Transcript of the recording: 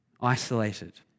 isolated